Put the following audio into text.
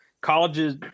colleges